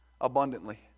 abundantly